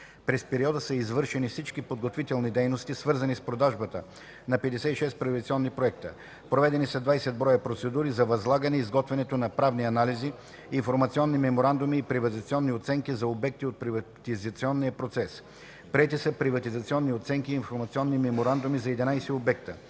През периода са извършени всички подготвителни дейности, свързани с продажбата на 56 приватизационни проекти. Проведени са 20 броя процедури за възлагане изготвянето на правни анализи, информационни меморандуми и приватизационни оценки за обекти от приватизационния ресурс. Приети са приватизационни оценки и информационни меморандуми за 11 обекта.